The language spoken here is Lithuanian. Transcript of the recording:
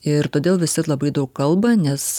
ir todėl visi labai daug kalba nes